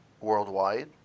worldwide